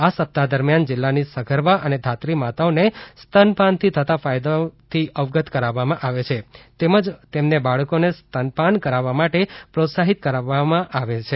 આ સપ્તાહ દરમિયાન જિલ્લાની સગર્ભા અને ધાત્રી માતાઓને સ્તનપાનથી થતા ફાયદાઓથી અવગત કરવામાં આવે છે તેમજ તેમને બાળકોને સ્તનપાન કરાવવા માટે પ્રોત્સાહિત કરવામાં આવે છે